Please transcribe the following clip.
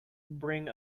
bring